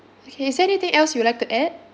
okay is there anything else you would like to add